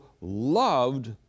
loved